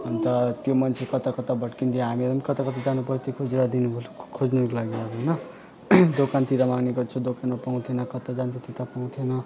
अन्त त्यो मान्छे कता कता भट्किन्थ्यो हामीहरूलाई कता जानु पर्थ्यो खुजुरा दिनको खोज्नुको लागि होइन दोकानतिर माग्ने गर्छ दोकानमा पाउँदैन कता जान्छ त्यता पाउँथेन